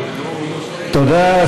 תודה.